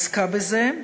עסקה בזה,